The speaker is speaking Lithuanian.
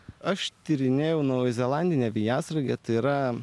aš tyrinėjau naujazelandinę vijasraigę tai yra